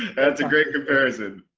and that's a great comparison.